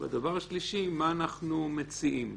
והדבר השלישי, מה אנחנו מציעים?